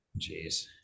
Jeez